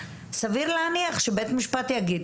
סביר להניח שבית משפט יגיד,